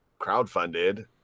crowdfunded